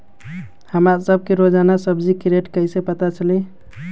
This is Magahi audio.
हमरा सब के रोजान सब्जी के रेट कईसे पता चली?